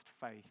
faith